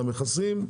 המכסים.